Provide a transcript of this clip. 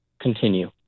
continue